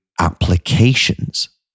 applications